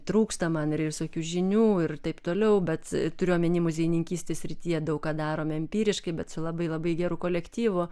trūksta man ir visokių žinių ir taip toliau bet turiu omeny muziejininkystės srityje daug ką darome empiriškai bet su labai labai geru kolektyvu